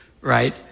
right